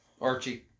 Archie